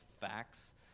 facts